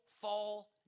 fall